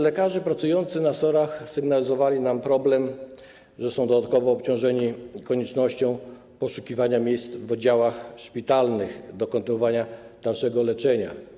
Lekarze pracujący w SOR sygnalizowali nam, że są dodatkowo obciążeni koniecznością poszukiwania miejsc w oddziałach szpitalnych w celu kontynuowania dalszego leczenia.